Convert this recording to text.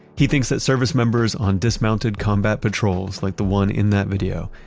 he thinks that service members on dismounted combat patrols, like the one in that video,